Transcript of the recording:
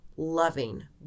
Loving